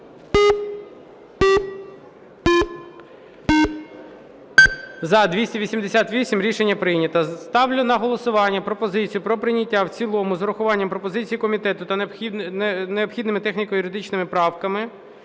За-288 Рішення прийнято. Ставлю на голосування пропозицію про прийняття в цілому з урахуванням пропозицій комітету та необхідними техніко-юридичними правками